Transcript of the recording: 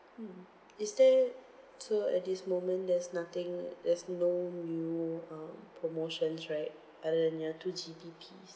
mm is there so at this moment there's nothing there's no new uh promotions right other than your two G_B_P